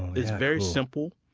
it's very simple,